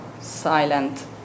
silent